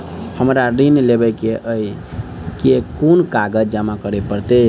हमरा ऋण लेबै केँ अई केँ कुन कागज जमा करे पड़तै?